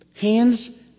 hands